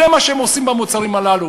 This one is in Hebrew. זה מה שהם עושים במוצרים הללו.